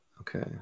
Okay